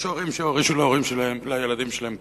יש הורים שהורישו לילדים שלהם כסף,